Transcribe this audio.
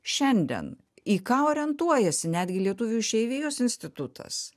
šiandien į ką orientuojasi netgi lietuvių išeivijos institutas